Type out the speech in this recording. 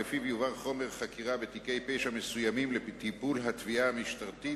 ולפיו יועבר חומר חקירה בתיקי פשע מסוימים לטיפול התביעה המשטרתית,